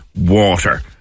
water